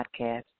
podcast